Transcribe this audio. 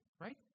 right